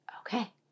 okay